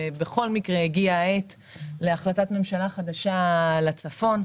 ובכל מקרה הגיעה העת להחלטת ממשלה חדשה לצפון.